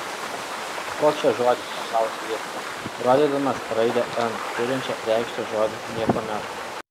koks čia žodis paklausė jis rodydamas raidę n turinčią reikšti žodį niekuomet